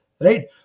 right